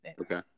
Okay